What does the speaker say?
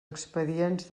expedients